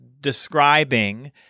describing